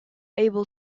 able